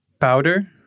powder